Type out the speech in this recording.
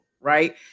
Right